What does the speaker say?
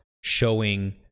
showing